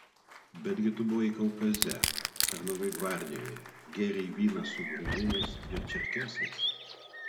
betgi tu buvai kaukaze tarnavai gvardijoje gėrei vyną su gruzinais ir čerkesais